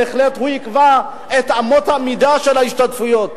בהחלט הוא יקבע את אמות המידה של ההשתתפויות.